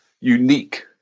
unique